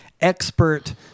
Expert